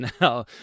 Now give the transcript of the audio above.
now